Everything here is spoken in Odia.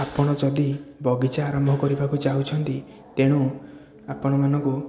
ଆପଣ ଯଦି ବଗିଚା ଆରମ୍ଭ କରିବାକୁ ଚାହୁଁଛନ୍ତି ତେଣୁ ଆପଣ ମାନଙ୍କୁ